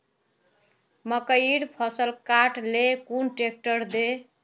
मकईर फसल काट ले कुन ट्रेक्टर दे?